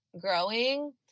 growing